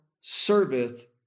serveth